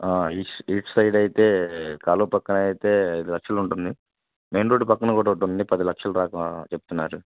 ఇటు సైడ్ అయితే కాలువ పక్కన అయితే ఐదు లక్షలు ఉంటుంది మెయిన్ రోడ్డు పక్కన కూడా ఒకటి ఉంది పది లక్షలు దాకా చెబుతున్నారు